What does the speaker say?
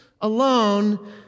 alone